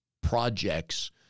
projects